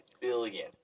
billion